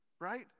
right